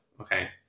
Okay